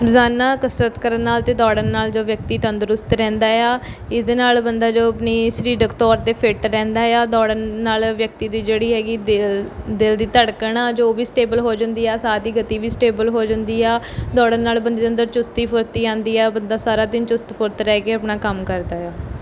ਰੋਜ਼ਾਨਾ ਕਸਰਤ ਕਰਨ ਨਾਲ ਅਤੇ ਦੌੜਨ ਨਾਲ ਜੋ ਵਿਅਕਤੀ ਤੰਦਰੁਸਤ ਰਹਿੰਦਾ ਆ ਇਸਦੇ ਨਾਲ ਬੰਦਾ ਜੋ ਆਪਣੀ ਸਰੀਰਕ ਤੌਰ 'ਤੇ ਫਿਟ ਰਹਿੰਦਾ ਆ ਦੌੜਨ ਨਾਲ ਵਿਅਕਤੀ ਦੀ ਜਿਹੜੀ ਹੈਗੀ ਦਿ ਦਿਲ ਦੀ ਧੜਕਣ ਆ ਜੋ ਵੀ ਸਟੇਬਲ ਹੋ ਜਾਂਦੀ ਆ ਸਾਹ ਹੀ ਗਤੀ ਵੀ ਸਟੇਬਲ ਹੋ ਜਾਂਦੀ ਆ ਦੌੜਨ ਨਾਲ ਬੰਦੇ ਦੇ ਅੰਦਰ ਚੁਸਤੀ ਫੁਰਤੀ ਆਉਂਦੀ ਆ ਬੰਦਾ ਸਾਰਾ ਦਿਨ ਚੁਸਤ ਫੁਰਤ ਰਹਿ ਕੇ ਆਪਣਾ ਕੰਮ ਕਰਦਾ ਆ